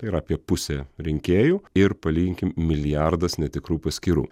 tai yra apie pusė rinkėjų ir palyginkim milijardas netikrų paskyrų